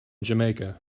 jamaica